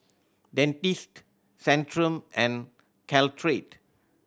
Dentiste Centrum and Caltrate